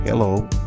Hello